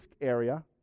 area